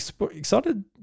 excited